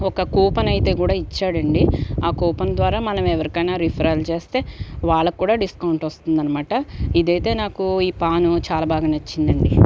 ఒక కూపన్ అయితే కూడా ఇచ్చాడండీ ఆ కూపన్ ద్వారా మనం ఎవరికైనా రిఫరల్ చేస్తే వాళ్ళకు కూడా డిస్కౌంట్ వస్తుంది అన్నమాట ఇదైతే నాకు ఈ పాను చాలా బాగా నచ్చిందండీ